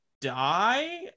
die